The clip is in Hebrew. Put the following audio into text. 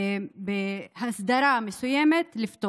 לפתור בהסדרה מסוימת.